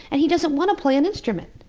and he doesn't want to play an instrument.